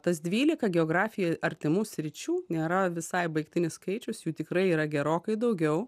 tas dvylika geografijai artimų sričių nėra visai baigtinis skaičius jų tikrai yra gerokai daugiau